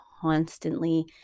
constantly